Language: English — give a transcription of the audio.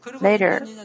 later